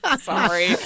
sorry